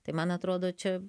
tai man atrodo čia